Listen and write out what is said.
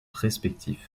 respectifs